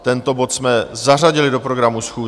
Tento bod jsme zařadili do programu schůze.